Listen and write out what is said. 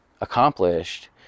accomplished